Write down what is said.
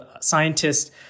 scientists